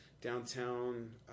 downtown